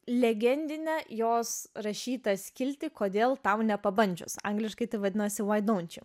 legendinę jos rašytą skiltį kodėl tau nepabandžius angliškai tai vadinosi why dont you